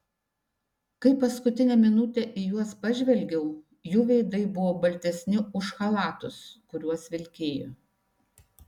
kai paskutinę minutę į juos pažvelgiau jų veidai buvo baltesni už chalatus kuriuos vilkėjo